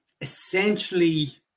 essentially